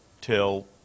till